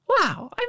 wow